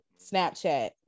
Snapchat